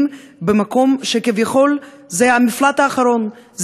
במקום שכביכול הוא המפלט האחרון,